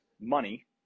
money